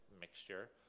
mixture